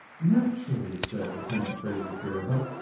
naturally, said lieutenant fraser-freer. but